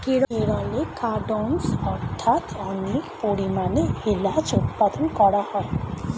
কেরলে কার্ডমমস্ অর্থাৎ অনেক পরিমাণে এলাচ উৎপাদন করা হয়